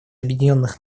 объединенных